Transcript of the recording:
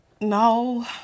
No